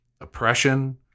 oppression